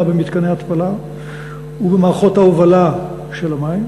במתקני ההתפלה ובמערכות ההובלה של המים,